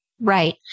Right